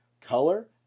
color